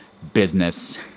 business